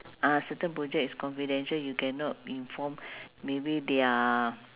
ah certain project is confidential you cannot inform maybe their